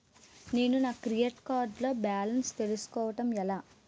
నేను నా credit card లో బాలన్స్ తెలుసుకోవడం ఎలా?